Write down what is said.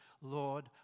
Lord